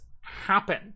happen